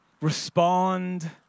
respond